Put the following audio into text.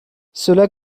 cela